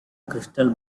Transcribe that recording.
crystal